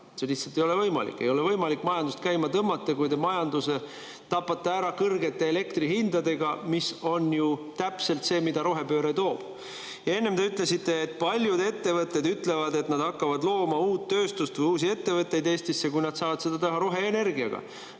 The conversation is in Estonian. See lihtsalt ei ole võimalik. Ei ole võimalik majandust käima tõmmata, kui te majanduse tapate ära kõrgete elektrihindadega – see on ju täpselt see, mida rohepööre teeb. Enne te ütlesite, et paljud ettevõtted tahavad hakata looma uut tööstust või tooma uusi ettevõtteid Eestisse, kui nad saavad seda teha roheenergiaga.